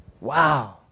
Wow